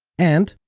and,